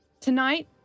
Tonight